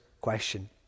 question